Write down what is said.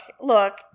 look